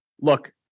look